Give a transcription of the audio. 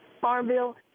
Farmville